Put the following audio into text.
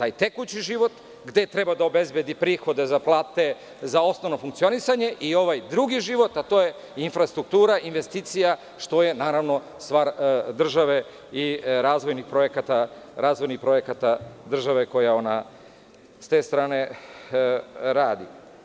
taj tekući život, gde treba da obezbedi prihode za plate, za osnovna funkcionisanja i ovaj drugi život, a to je infrastruktura, investicija, što je stvar države i razvojnih projekata države koja sa te strane radi.